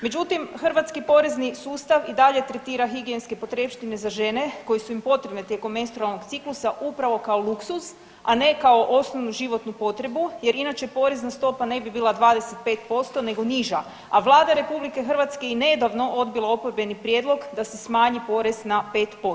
Međutim, hrvatski porezni sustav i dalje tretira higijenske potrepštine za žene koje su im potrebne tijekom menstrualnog ciklusa upravo kao luksuz, a ne kao osnovnu životnu potrebu jer inače porezna stopa ne bi bila 25% nego niža, a Vlada RH je nedavno odbila oporbeni prijedlog da se smanji porez na 5%